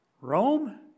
Rome